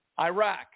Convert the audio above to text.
Iraq